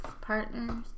partners